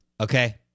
Okay